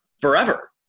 forever